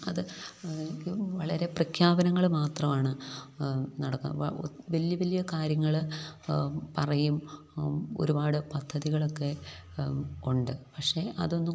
അത് വളരെ പ്രഖ്യാപനങ്ങള് മാത്രമാണ് വലിയ വലിയ കാര്യങ്ങള് പറയും ഒരുപാട് പദ്ധതികളൊക്കെ ഉണ്ട് പക്ഷേ അതൊന്നും